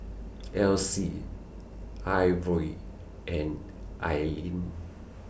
Alyse Ivor and Alene